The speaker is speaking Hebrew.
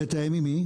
אז לתאם עם מי?